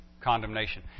condemnation